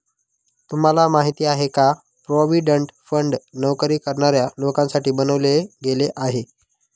तुम्हाला माहिती आहे का? प्रॉव्हिडंट फंड नोकरी करणाऱ्या लोकांसाठी बनवले गेले आहे